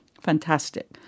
fantastic